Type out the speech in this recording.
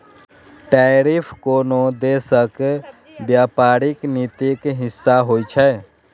tariff कोनो देशक व्यापारिक नीतिक हिस्सा होइ छै